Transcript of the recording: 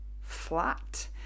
flat